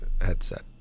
headset